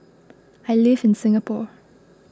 I live in Singapore